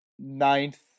Ninth